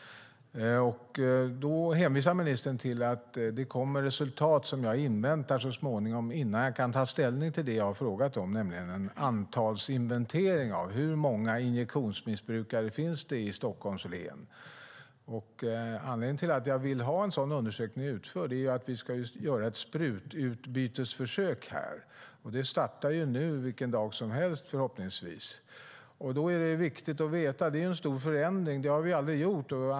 Ministern hänvisar till att hon inväntar resultat som kommer så småningom och att hon vill vänta innan hon kan ta ställning till det jag har frågat om, nämligen en antalsinventering av hur många injektionsmissbrukare det finns i Stockholms län. Anledningen till att jag vill ha en sådan undersökning utförd är att vi ska göra ett sprututbytesförsök här som förhoppningsvis startar vilken dag som helst. Det är en stor förändring. Vi har aldrig gjort detta.